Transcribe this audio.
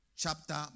Chapter